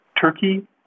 Turkey